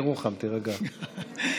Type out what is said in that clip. בעבודה,